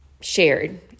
shared